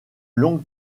longue